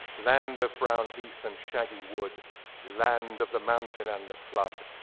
land of brown heath and shaggy wood land of the mountain and the flood,